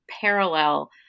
parallel